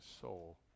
soul